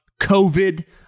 COVID